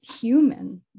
human